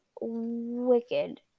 wicked